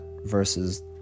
versus